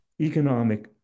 economic